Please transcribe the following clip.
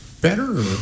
better